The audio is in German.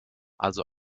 also